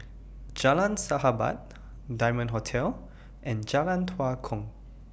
Jalan Sahabat Diamond Hotel and Jalan Tua Kong